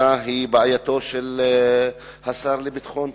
בעייתו של השר לביטחון פנים.